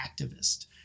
activist